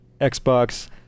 xbox